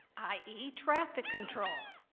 i e. traffic control.